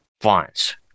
fonts